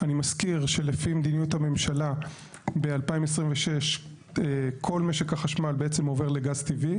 אני מזכיר שלפי מדיניות הממשלה ב-2026 כל משק החשמל בעצם עובר לגז טבעי.